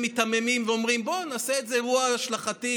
מיתממים ואומרים: בואו נעשה את זה אירוע השלכתי.